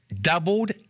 doubled